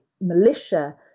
militia